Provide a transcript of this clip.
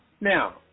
Now